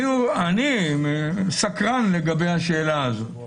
אני סקרן לגבי השאלה הזאת.